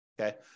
okay